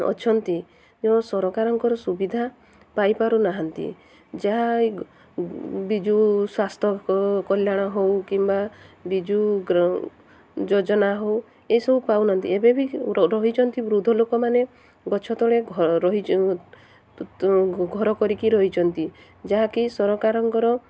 ଅଛନ୍ତି ଯେ ସରକାରଙ୍କର ସୁବିଧା ପାଇପାରୁ ନାହାନ୍ତି ଯାହା ବିଜୁ ସ୍ୱାସ୍ଥ୍ୟ କଲ୍ୟାଣ ହେଉ କିମ୍ବା ବିଜୁ ଯୋଜନା ହେଉ ଏସବୁ ପାଉନାହାନ୍ତି ଏବେବି ରହିଛନ୍ତି ବୃଦ୍ଧ ଲୋକମାନେ ଗଛ ତଳେ ରହି ଘର କରିକି ରହିଛନ୍ତି ଯାହାକି ସରକାରଙ୍କର